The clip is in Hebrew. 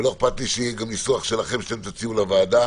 לא אכפת לי שיהיה ניסוח שלכם שתציעו לוועדה